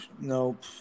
Nope